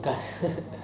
custard